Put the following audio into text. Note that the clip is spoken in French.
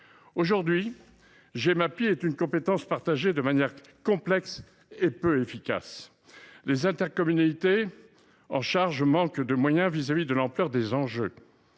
Aujourd’hui, la Gemapi est une compétence partagée de manière complexe et peu efficace. Les intercommunalités qui en sont chargées manquent de moyens face à l’ampleur des enjeux.